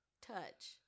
touch